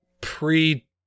pre